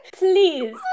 Please